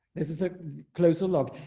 this is a closer look.